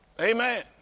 Amen